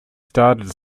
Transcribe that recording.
started